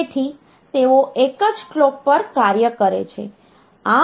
તેથી તેઓ એક જ કલોક પર કાર્ય કરે છે